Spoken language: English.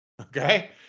Okay